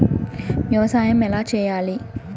వ్యవసాయం ఎలా చేయాలి?